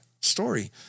story